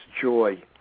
joy